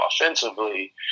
offensively